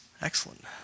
Excellent